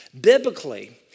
Biblically